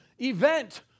event